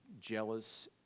jealous